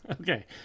Okay